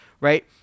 right